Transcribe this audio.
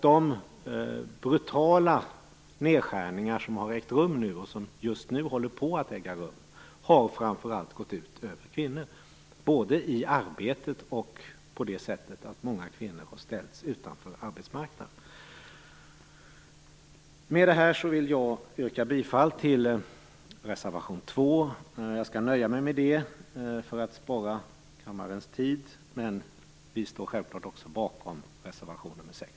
De brutala nedskärningar som har ägt rum, och som just nu håller på att äga rum, har framför allt gått ut över kvinnor både i arbetet och på det sättet att många kvinnor har ställts utanför arbetsmarknaden. För att spara kammarens tid nöjer jag mig med att endast yrka bifall till reservation 2, men jag står självklart också bakom reservation 6.